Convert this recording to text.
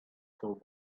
told